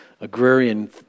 agrarian